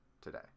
today